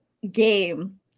game